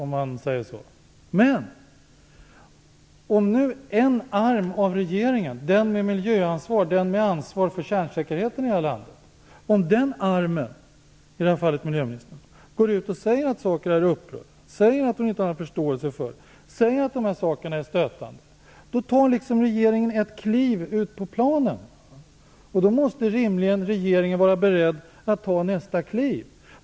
Men om nu en arm av regeringen, den som har miljöansvar och ansvar för kärnsäkerheten i landet, i det här fallet Anna Lindh, går ut och säger att hon är upprörd, att hon inte har någon förståelse och att de här sakerna är stötande, tar regeringen ett kliv ut på planen, och då måste regeringen rimligen vara beredd att ta nästa kliv.